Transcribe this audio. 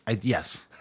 Yes